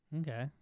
Okay